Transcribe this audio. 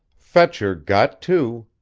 fetcher got two,